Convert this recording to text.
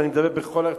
ואני מדבר בכל הרצינות,